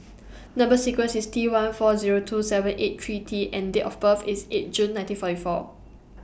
Number sequence IS T one four Zero two seven eight three T and Date of birth IS eight June nineteen forty four